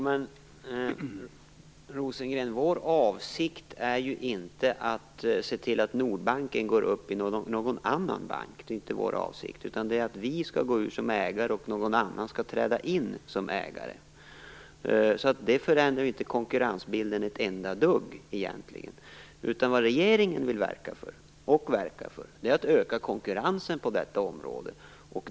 Herr talman! Vår avsikt är ju inte att se till att Nordbanken går upp i någon annan bank. Meningen är att vi skall gå ur som ägare och att någon annan skall träda in som ägare. Det förändrar ju inte konkurrensbilden ett enda dugg. Vad regeringen vill verka för är att öka konkurrensen på detta område.